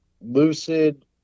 Lucid